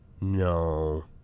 No